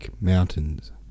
mountains